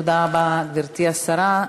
תודה רבה, גברתי השרה.